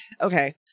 okay